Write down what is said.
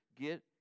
get